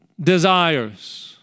desires